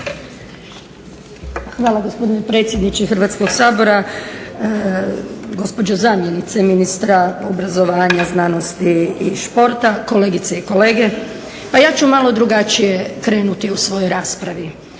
Hvala gospodine predsjedniče Hrvatskog sabora, gospođo zamjenice ministra obrazovanja, znanosti i športa, kolegice i kolege. Pa ja ću malo drugačije krenuti u svojoj raspravi.